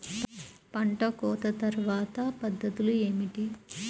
పంట కోత తర్వాత పద్ధతులు ఏమిటి?